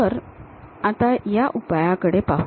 तर आता या उपयाकडे पाहू